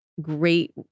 great